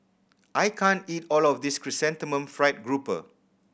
I can't eat all of this Chrysanthemum Fried Grouper